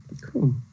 cool